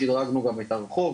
שדרגנו גם את הרחוב,